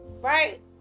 right